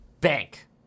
Bank